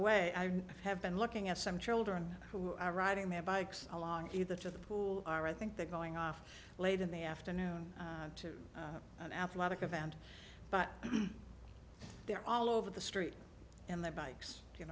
way i have been looking at some children who are riding their bikes along either to the pool our i think they're going off late in the afternoon to an athletic event but they're all over the street and their bikes you